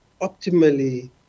optimally